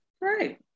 Right